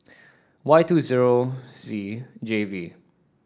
Y two zero Z J V